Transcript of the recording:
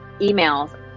emails